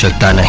ah da